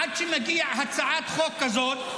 עד שמגיעה הצעת חוק כזאת,